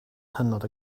hynod